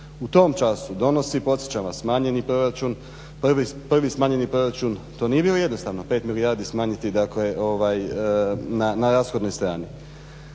U tom času donosi podsjećam vas smanjeni proračun, prvi smanjeni proračun, to nije bilo jednostavno 5 milijardi smanjiti na rashodnoj strani.